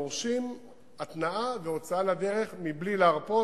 ודורשים התנעה והוצאה לדרך מבלי להרפות,